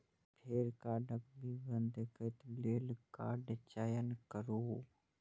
फेर कार्डक विवरण देखै लेल कार्डक चयन करू